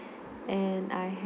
and I had